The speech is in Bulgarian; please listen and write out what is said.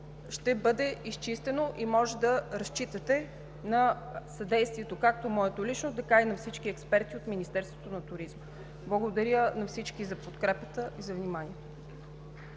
ще бъде изчистено и може да разчитате както на моето съдействие, така и на всички експерти от Министерството на туризма. Благодаря на всички за подкрепата и за вниманието.